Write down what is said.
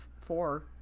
four